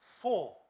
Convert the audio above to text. four